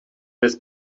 des